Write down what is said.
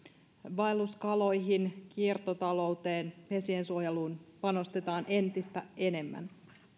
vaelluskaloihin kiertotalouteen vesien suojeluun panostetaan entistä enemmän